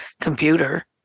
computer